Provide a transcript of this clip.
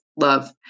love